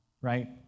right